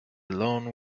alone